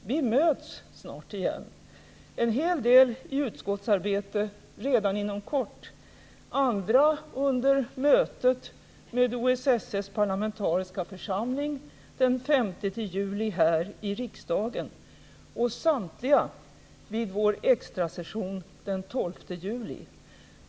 Vi möts snart igen - en hel del i utskottsarbete redan inom kort, andra under mötet med OSSE:s parlamentariska församling den 5 9 juli här i riksdagen och samtliga vid vår extrasession den 12 juli.